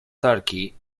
turkey